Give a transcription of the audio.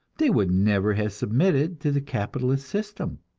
they would never have submitted to the capitalist system,